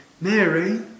Mary